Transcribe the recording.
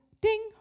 ding